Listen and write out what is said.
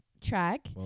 track